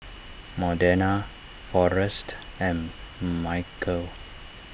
Modena forrest and Michaele